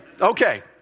Okay